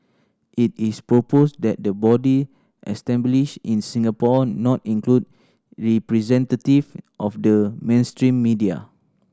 it is proposed that the body established in Singapore not include representative of the mainstream media